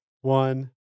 One